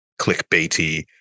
clickbaity